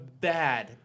bad